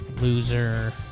loser